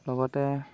লগতে